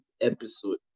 episode